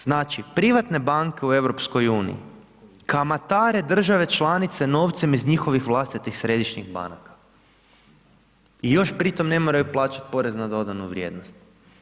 Znači privatne banke u EU kamatare države članice novcem iz njihovih vlastitih središnjih banaka i još pri tome ne moraju plaćati porez na dodanu vrijednost.